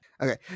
Okay